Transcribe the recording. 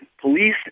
Police